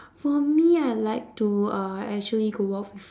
for me I like to uh actually go out with